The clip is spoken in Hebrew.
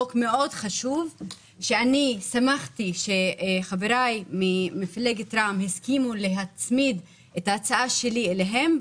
חוק חשוב ששמחתי שחברי ממפלגת רע"מ הסכימו להצמיד את ההצעה שלי אליהם,